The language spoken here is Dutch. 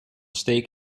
steek